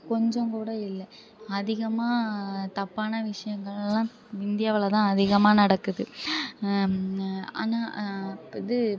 கொஞ்சம் கூட இல்லை அதிகமாக தப்பான விஷயங்களெல்லாம் இந்தியாவில் தான் அதிகமாக நடக்குது ஆனால் இது